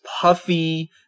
puffy